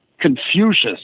Confucius